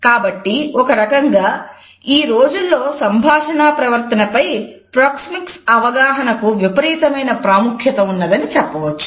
కాబట్టి ఒకరకంగా ఈ రోజుల్లో సంభాషణ ప్రవర్తన పై ప్రోక్సెమిక్స్ అవగాహన కు విపరీతమైన ప్రాముఖ్యత ఉన్నదని చెప్పవచ్చు